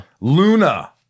Luna